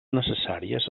necessàries